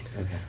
Okay